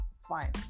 fine